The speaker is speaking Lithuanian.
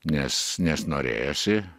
nes nes norėjosi